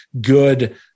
good